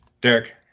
Derek